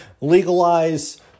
legalize